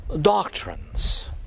doctrines